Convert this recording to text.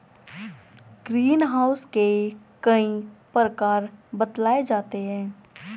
green house के कई प्रकार बतलाए जाते हैं